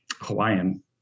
Hawaiian